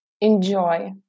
enjoy